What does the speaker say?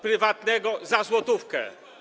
prywatnego za złotówkę.